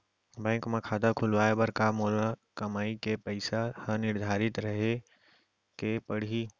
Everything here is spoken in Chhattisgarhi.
बैंक म खाता खुलवाये बर का मोर कमाई के पइसा ह निर्धारित रहे के पड़ही?